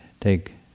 take